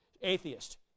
atheist